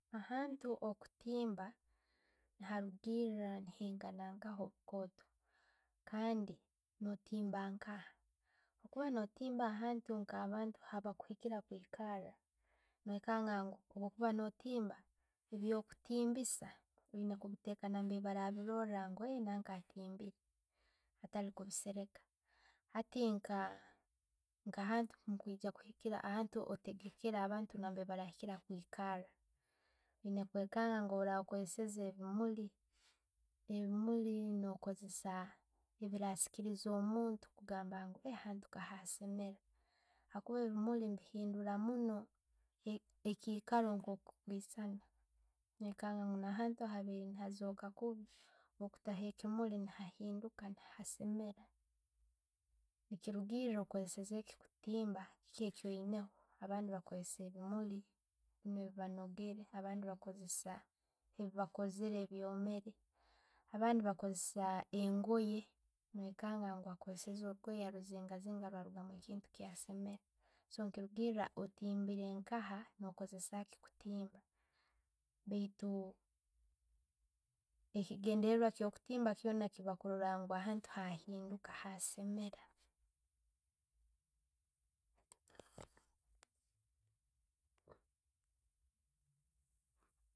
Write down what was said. A hantu okuttimba, harukiira naigana nka obukooto kandi no'timba nka?. Kuba no'timba ahantu nka habakwiikira kwiikara, wokanga nku bwokuba no'tiimba, e'byokuttimbiisa, oyiina kubitteka nambire barabiirora ngu nanka atimbire attali kubisereka. Hati nka ahantu mukwiija kuhikiiira otegekere ahantu barahikira kwiikara. Oyina kwekanga ngu oli akozesize ebimuli, ebimmuli no'kozeeza ebiira siikiriza omuntu gamba nti, eee, hanu nka'seemera habwokuba ebimuuli ne'bihindura munno eikikaro nkokukwiisana noikanga nahantu abaire na zooka kuubi, bwokuttaho ekimuli naihinduka, nahassemera. Nekirugiira okozeseizeeki okuttimba, kiki okyoyinaho. Abandi bakoseza ebimmuli binnu ne; byebanogere. Abandi ne bakozesa byebakozeere ebyomere. Abandi bakozesa engooye, no'wekanga ngu akozeseize orugoye, aruzingazinga harugamu ekintu kyassemera. So ne'kirugiira, ottimbera nkaha, nokozessaki kutimba baitu ekigendererwa ekyo kutimba kyoona chiba kurora nti ahantu ahinduka, ha semera.